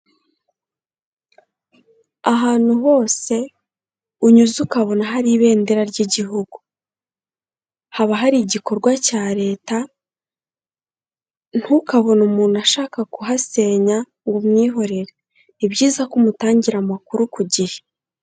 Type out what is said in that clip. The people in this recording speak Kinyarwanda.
Ahantu hose unyuze ukabona hari ibendera ry'Igihugu, haba hari igikorwa cya Leta ntukabone umuntu ashaka kuhasenya ngo umwihorere, ni byiza ko umutangira amakuru ku gihe.